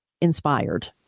inspired